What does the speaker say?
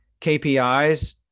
KPIs